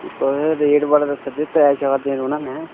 इक ओह्दा रेट बड़ा दस्सै दे त्रै चार दिन रैह्ना मैं